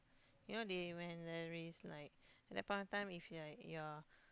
you know they when there is like at the point of time if like you're